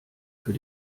für